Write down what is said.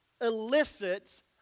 elicits